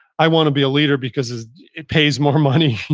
i want to be a leader because it pays more money,